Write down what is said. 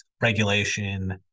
regulation